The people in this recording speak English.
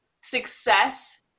success